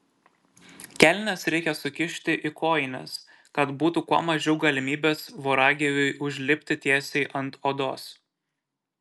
kelnes reikia sukišti į kojines kad būtų kuo mažiau galimybės voragyviui užlipti tiesiai ant odos